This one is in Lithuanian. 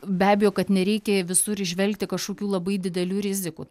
be abejo kad nereikia visur įžvelgti kažkokių labai didelių rizikų